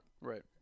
Right